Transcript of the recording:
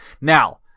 Now